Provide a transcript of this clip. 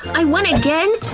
i won again!